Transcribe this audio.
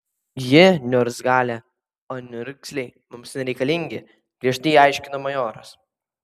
ji niurzglė o niurzgliai mums nereikalingi griežtai aiškino majoras